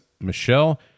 Michelle